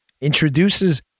introduces